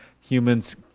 Humans